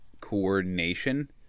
coordination